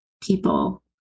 people